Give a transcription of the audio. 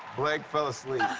blake fell asleep.